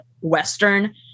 Western